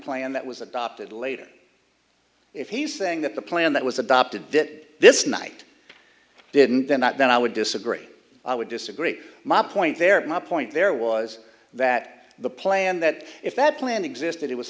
plan that was adopted later if he's saying that the plan that was adopted that this night didn't then that then i would disagree i would disagree my point there my point there was that the plan that if that plan existed it was